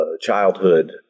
childhood